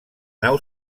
nau